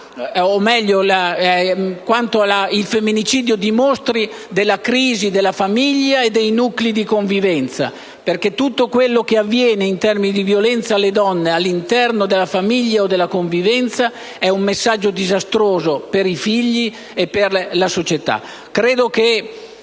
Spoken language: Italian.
tra femminicidio e crisi della famiglia e dei nuclei conviventi, perché tutto quello che avviene, in termini di violenza alle donne all'interno della famiglia o dei rapporti di convivenza, è un messaggio disastroso per i figli e per la società.